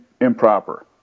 improper